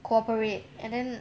cooperate and then